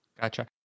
Gotcha